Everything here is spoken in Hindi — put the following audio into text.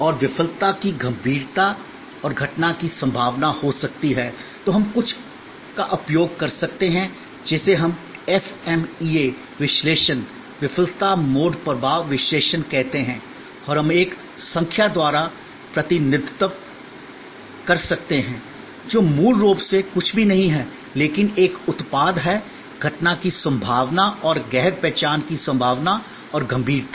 और विफलता की गंभीरता और घटना की संभावना हो सकती है तो हम कुछ का उपयोग कर सकते हैं जिसे हम FMEA विश्लेषण विफलता मोड प्रभाव विश्लेषण कहते हैं और हम एक संख्या द्वारा प्रतिनिधित्व कर सकते हैं जो मूल रूप से कुछ भी नहीं है लेकिन एक उत्पाद है घटना की संभावना और गैर पहचान की संभावना और गंभीरता